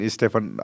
Stephen